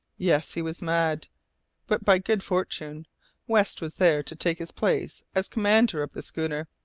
yes, he was mad but by good fortune west was there to take his place as commander of the schooner.